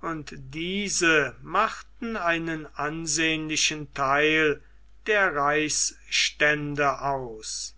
und diese machten einen ansehnlichen theil der reichsstände aus